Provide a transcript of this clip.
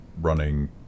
running